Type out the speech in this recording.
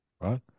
right